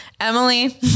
Emily